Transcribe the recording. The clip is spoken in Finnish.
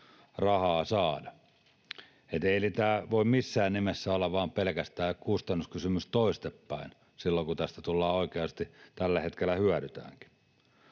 rahaa saada. Eli tämä ei voi missään nimessä olla vain pelkästään kustannuskysymys toistepäin, silloin kun tästä oikeasti tällä hetkellä hyödytäänkin.